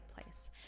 place